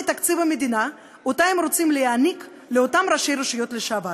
במדינת ישראל הם מזונות של הילד.